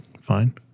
fine